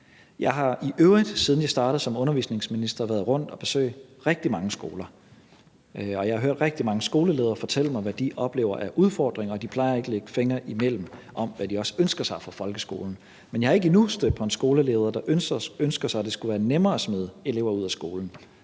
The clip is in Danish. Jeg har i øvrigt, siden jeg startede som undervisningsminister, været rundt og besøge rigtig mange skoler, og jeg hører rigtig mange skoleledere fortælle mig, hvad de oplever af udfordringer, og de plejer ikke at lægge fingrene imellem, når det handler om, hvad de også ønsker sig for folkeskolen. Jeg er ikke endnu stødt på en skoleleder, der ønsker sig, at det skulle være nemmere at smide elever ud af skolen,